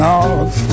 off